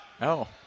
No